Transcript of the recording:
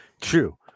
True